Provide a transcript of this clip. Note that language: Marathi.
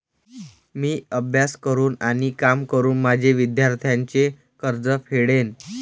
मी अभ्यास करून आणि काम करून माझे विद्यार्थ्यांचे कर्ज फेडेन